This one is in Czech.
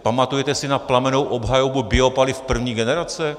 Pamatujete si na plamennou obhajobu biopaliv první generace?